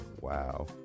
Wow